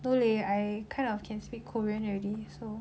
no leh I kind of can speak korean already so